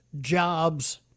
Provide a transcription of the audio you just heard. jobs